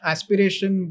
Aspiration